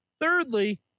Thirdly